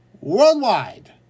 worldwide